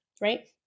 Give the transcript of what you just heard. right